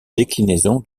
déclinaison